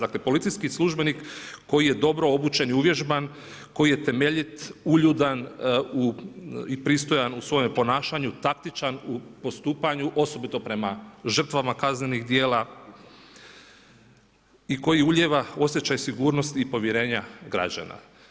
Dakle, policijski službenik koji je dobro obučen i uvježban, koji je temeljit, uljudan i pristojan u svome ponašanju, taktičan u postupanju osobito prema žrtvama kaznenih djela i koji ulijeva osjećaj sigurnosti i povjerenja građana.